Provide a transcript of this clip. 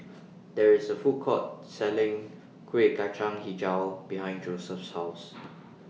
There IS A Food Court Selling Kueh Kacang Hijau behind Joseph's House